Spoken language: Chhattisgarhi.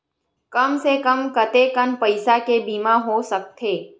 कम से कम कतेकन पईसा के बीमा हो सकथे?